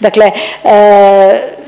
Dakle,